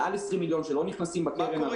מעל 20 מיליון, שלא נכנסות בקרן הראשית.